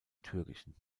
türkischen